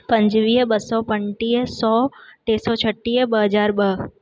पंजवीह ॿ सौ पंटीह सौ टे सौ छटीह ॿ हज़ार ॿ